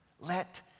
let